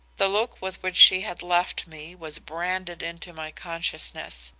the look with which she had left me was branded into my consciousness.